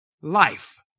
life